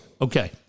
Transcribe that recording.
Okay